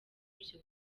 byo